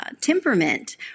temperament